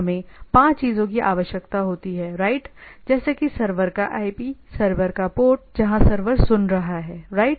हमें 5 चीजों की आवश्यकता होती है राइट जैसे कि सर्वर का IP सर्वर का पोर्ट जहां सर्वर सुन रहा है राइट